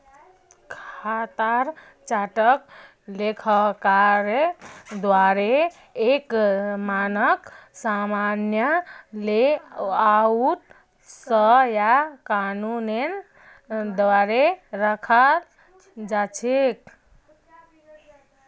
खातार चार्टक लेखाकारेर द्वाअरे एक मानक सामान्य लेआउट स या कानूनेर द्वारे रखाल जा छेक